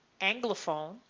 Anglophone